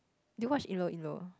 did you watch Ilo-Ilo